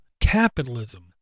capitalism